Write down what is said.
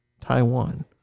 Taiwan